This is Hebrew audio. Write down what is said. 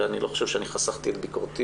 ואני לא חושב שחסכתי את ביקורתי,